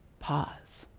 pause.